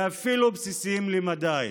ואפילו בסיסיים למדי.